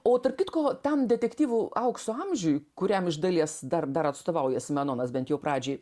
o tarp kitko tam detektyvų aukso amžiui kuriam iš dalies dar dar atstovauja simenonas bent jau pradžiai